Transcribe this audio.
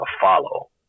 follow